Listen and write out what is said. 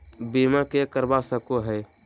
बीमा के करवा सको है?